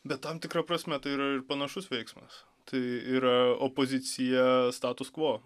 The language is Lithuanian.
bet tam tikra prasme tai yra ir panašus veiksmas tai yra opozicija status kvo